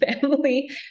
family